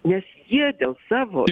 nes jie dėl savo